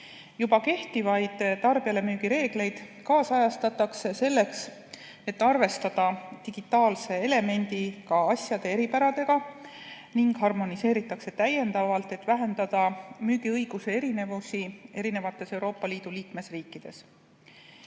Juba kehtivaid tarbijalemüügi reegleid kaasajastatakse selleks, et arvestada digitaalse elemendiga asjade eripäradega, ja harmoniseeritakse täiendavalt, et vähendada müügiõiguse erinevusi Euroopa Liidu liikmesriikides.